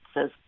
says